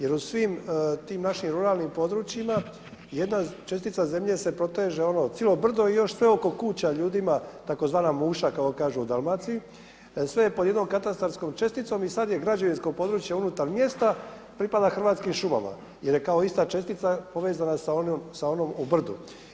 Jer u svim tim našim ruralnim područjima jedn čestica zemlje se proteže ono cijelo brdo i još sve oko kuća ljudima tzv. muša kako kažu u Dalmaciji, sve je pod jednom katastarskom česticom i sada je građevinsko područje unutar mjesta pripalo Hrvatskim šumama jer je kao ista čestica povezana sa onom u brdu.